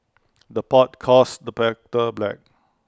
the pot calls the black